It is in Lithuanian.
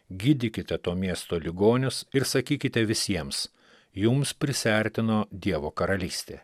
gydykite to miesto ligonius ir sakykite visiems jums prisiartino dievo karalystė